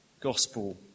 gospel